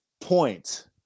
point